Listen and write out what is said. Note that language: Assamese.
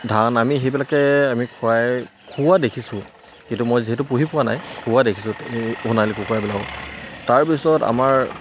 ধান আমি সেইবিলাকে আমি খুৱাই খুওৱা দেখিছোঁ কিন্তু মই যিহেতু পুহি পোৱা নাই খুওৱা দেখিছোঁ সোণালী কুকুৰাবিলাকক তাৰপিছত আমাৰ